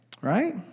right